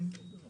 כן.